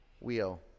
Wheel